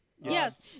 Yes